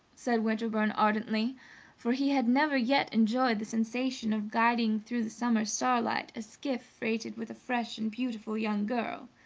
said winterbourne ardently for he had never yet enjoyed the sensation of guiding through the summer starlight a skiff freighted with a fresh and beautiful young girl.